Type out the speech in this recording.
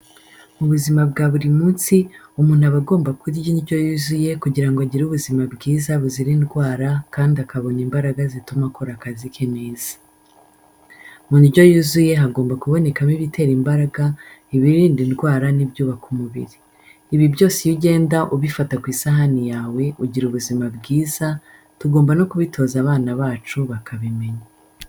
Mu buzima bwa buri munsi, umuntu aba agomba kurya indyo yuzuye kugira ngo agire ubuzima bwiza buzira indwara kandi akabona n'imbaraga zituma akora akazi ke neza. Mu ndyo yuzuye hagomba kubonekamo ibitera imbaraga, ibirinda indwara n'ibyubaka umubiri. Ibi byose iyo ugenda ubifata ku isahani yawe ugira ubuzima bwiza, tugomba no kubitoza abana bacu bakabimenya.